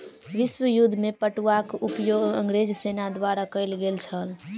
विश्व युद्ध में पटुआक उपयोग अंग्रेज सेना द्वारा कयल गेल छल